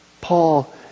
Paul